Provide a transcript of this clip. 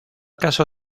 caso